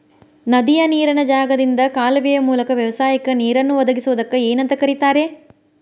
ನದಿಯ ನೇರಿನ ಜಾಗದಿಂದ ಕಾಲುವೆಯ ಮೂಲಕ ವ್ಯವಸಾಯಕ್ಕ ನೇರನ್ನು ಒದಗಿಸುವುದಕ್ಕ ಏನಂತ ಕರಿತಾರೇ?